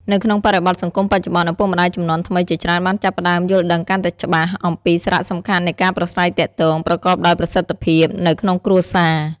នៅក្នុងបរិបទសង្គមបច្ចុប្បន្ន ឪពុកម្ដាយជំនាន់ថ្មីជាច្រើនបានចាប់ផ្ដើមយល់ដឹងកាន់តែច្បាស់អំពីសារៈសំខាន់នៃការប្រាស្រ័យទាក់ទងប្រកបដោយប្រសិទ្ធភាពនៅក្នុងគ្រួសារ។